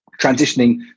transitioning